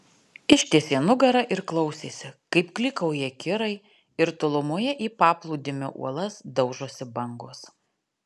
ištiesė nugarą ir klausėsi kaip klykauja kirai ir tolumoje į paplūdimio uolas daužosi bangos